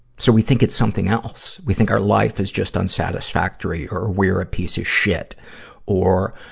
so we think it's something else. we think our life is just unsatisfactory or we're a piece of shit or,